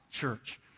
Church